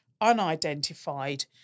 unidentified